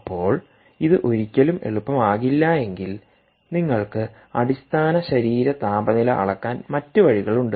അപ്പോൾ ഇത് ഒരിക്കലും എളുപ്പമാകില്ലെങ്കിൽ നിങ്ങൾക്ക് അടിസ്ഥാന ശരീര താപനില അളക്കാൻ മറ്റ് വഴികളുണ്ട്